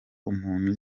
umuntu